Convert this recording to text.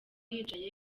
yicaye